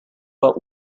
but